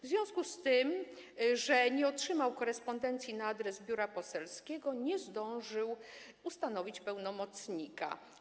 W związku z tym, że nie otrzymał korespondencji na adres biura poselskiego, nie zdążył ustanowić pełnomocnika.